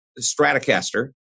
Stratocaster